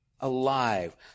alive